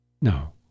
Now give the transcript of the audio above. No